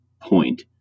point